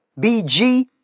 BG